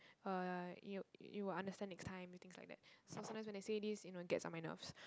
uh you you would understand next time you know things like that so sometimes when they say this you know it gets on my nerves